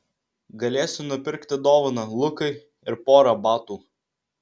galėsiu nupirkti dovaną lukui ir porą batų